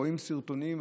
רואים סרטונים,